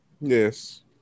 Yes